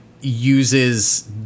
uses